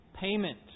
payment